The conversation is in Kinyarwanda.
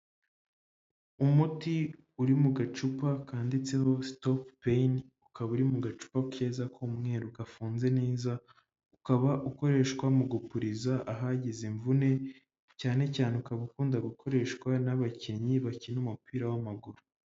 Umuti uri mu gacupa kanditseho sitopu peyini, ukaba uri mu gacupa keza ku'umweru gafunze neza, ukaba ukoreshwa mu gupuriza ahagize imvune, cyane cyane ukaba ukunda gukoreshwa n'abakinnyi bakina umupira w'amaguru.